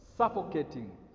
suffocating